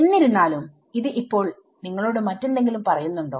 എന്നിരുന്നാലും ഇത് ഇപ്പോൾ നിങ്ങളോട് മറ്റെന്തെങ്കിലും പറയുന്നുണ്ടോ